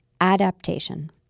adaptation